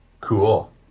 Cool